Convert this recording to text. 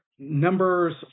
Numbers